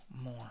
more